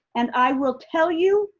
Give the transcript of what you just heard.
and i will tell you,